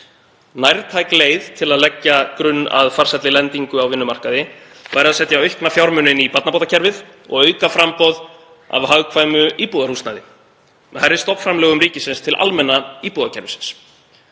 Nærtæk leið til að leggja grunn að farsælli lendingu á vinnumarkaði væri að setja aukna fjármuni inn í barnabótakerfið og auka framboð á hagkvæmu íbúðarhúsnæði með hærri stofnframlögum ríkisins til almenna íbúðakerfisins.